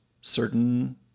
certain